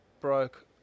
broke